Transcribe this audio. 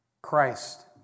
Christ